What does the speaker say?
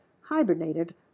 hibernated